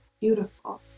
Beautiful